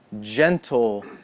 gentle